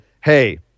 hey